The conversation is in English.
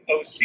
OC